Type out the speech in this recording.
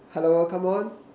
hello come on